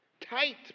Tight